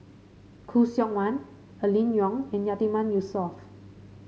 Khoo Seok Wan Aline Wong and Yatiman Yusof